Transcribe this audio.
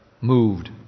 MOVED